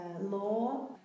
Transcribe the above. law